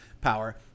power